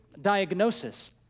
diagnosis